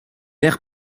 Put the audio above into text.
aire